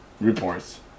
reports